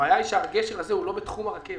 הבעיה היא שהגשר הזה הוא לא בתחום הרכבת.